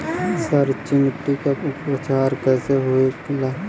क्षारीय मिट्टी का उपचार कैसे होखे ला?